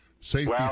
safety